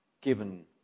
given